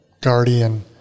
guardian